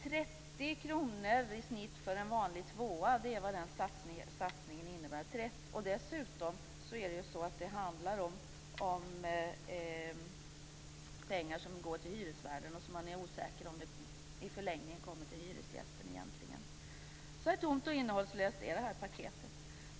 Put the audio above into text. Den satsningen innebär 30 kr i snitt för en vanlig tvåa. Dessutom handlar det om pengar som går till hyresvärden. Det är osäkert om de i förlängningen kommer till hyresgästen. Så här tomt och innehållslöst är det här paketet.